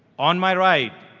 on my right,